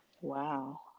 Wow